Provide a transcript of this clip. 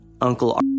Uncle